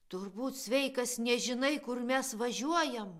turbūt sveikas nežinai kur mes važiuojam